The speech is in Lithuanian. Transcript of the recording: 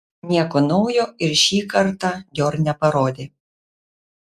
nieko naujo ir šį kartą dior neparodė